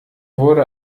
wurde